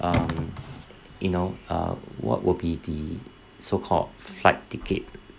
um you know uh what will be the so called flight ticket